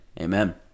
amen